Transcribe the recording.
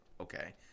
okay